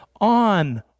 on